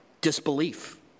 disbelief